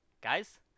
Guys